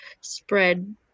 spread